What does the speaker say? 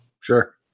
Sure